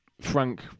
Frank